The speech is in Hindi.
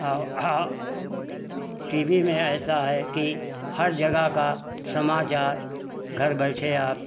वो टी वी में ऐसा है कि हर जगह का समाचार घर बैठे आप